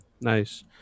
Nice